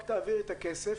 רק תעבירי את הכסף,